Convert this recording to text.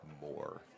more